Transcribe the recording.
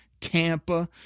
Tampa